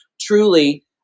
truly